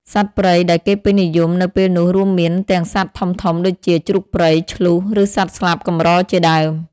សត្វព្រៃដែលគេពេញនិយមនៅពេលនោះរួមមានទាំងសត្វធំៗដូចជាជ្រូកព្រៃ ឈ្លូស ឬសត្វស្លាបកម្រជាដើម។